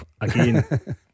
Again